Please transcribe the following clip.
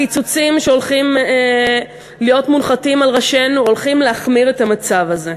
הקיצוצים שהולכים להיות מונחתים על ראשינו הולכים להחמיר את המצב הזה.